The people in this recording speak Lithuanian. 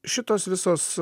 šitos visos